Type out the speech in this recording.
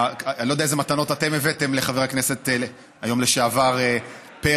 אני לא יודע איזה מתנות אתם הבאתם היום לחבר הכנסת לשעבר פרי,